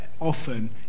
often